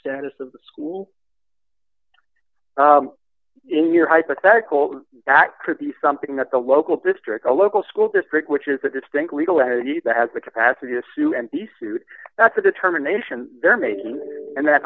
status of the school in your hypothetical that could be something that the local district a local school district which is a distinct legal entity that has the capacity to sue and be sued that's a determination they're made in and that